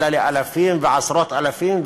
אלא לאלפים ולעשרות אלפים,